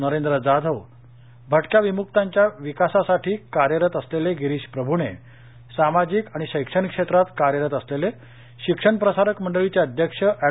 नरेंद्र जाधव भटक्या विमुक्तांच्या विकासासाठी कार्यरत असलेले गिरीश प्रभूणे सामाजिक आणि शैक्षणिक क्षेत्रात कार्यरत असलेले शिक्षण प्रसारक मंडळीचे अध्यक्ष एड